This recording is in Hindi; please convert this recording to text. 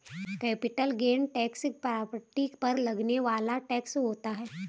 कैपिटल गेन टैक्स प्रॉपर्टी पर लगने वाला टैक्स होता है